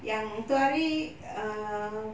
yang itu hari err